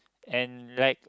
and like